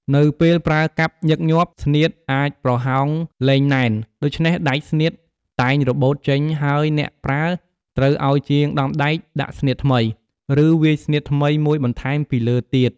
នៅពេលប្រើកាប់ញឹកញាប់ ស្នៀតអាចប្រហោងលែងណែន ដូច្នេះដែកស្នៀតតែងរបូតចេញ ហើយអ្នកប្រើត្រូវឲ្យជាងដំដែកដាក់ស្នៀតថ្មី ឬវាយស្នៀតថ្មីមួយបន្ថែមពីលើទៀត ។